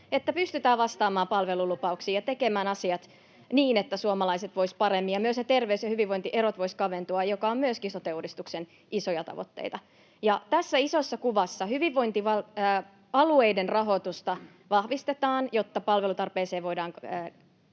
että pystytään vastaamaan palvelulupauksiin ja tekemään asiat niin, että suomalaiset voisivat paremmin ja myös ne terveys- ja hyvinvointierot voisivat kaventua, mikä on myöskin sote-uudistuksen isoja tavoitteita. Tässä isossa kuvassa hyvinvointialueiden rahoitusta vahvistetaan, jotta palvelutarpeeseen voidaan